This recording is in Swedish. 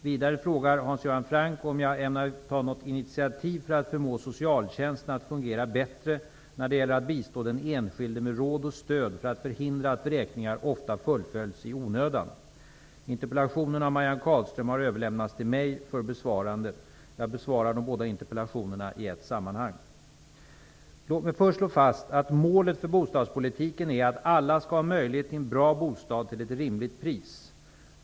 Vidare frågar Hans Göran Franck om jag ämnar ta något initiativ för att förmå socialtjänsten att fungera bättre när det gäller att bistå den enskilde med råd och stöd för att förhindra att vräkningar ofta fullföljs i onödan. Interpellationen av Marianne Carlström har överlämnats till mig för besvarande. Jag besvarar de båda interpellationerna i ett sammanhang. Låt mig först slå fast att målet för bostadspolitiken är att alla skall ha möjlighet till en bra bostad till ett rimligt pris.